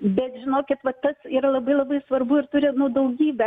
bet žinokit vat tas yra labai labai svarbu ir turi nu daugybę